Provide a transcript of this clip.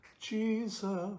Jesus